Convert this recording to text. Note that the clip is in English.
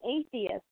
atheist